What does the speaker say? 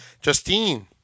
Justine